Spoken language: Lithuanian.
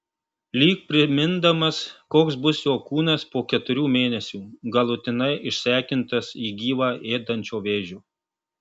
lyg primindamas koks bus jo kūnas po keturių mėnesių galutinai išsekintas jį gyvą ėdančio vėžio